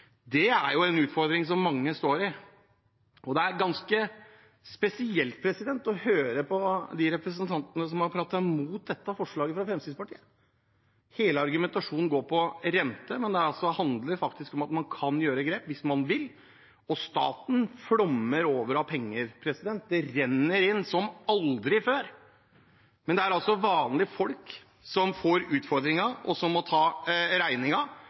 Det er en utfordring som mange står i. Det er ganske spesielt å høre på de representantene som har pratet imot dette forslaget fra Fremskrittspartiet. Hele argumentasjonen går på renter, men dette handler om at man kan ta grep hvis man vil. Staten flommer over av penger – det renner inn som aldri før. Men det er vanlige folk som får utfordringen og som må ta